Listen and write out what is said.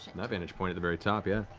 that vantage point at the very top, yeah.